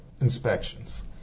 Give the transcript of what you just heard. inspections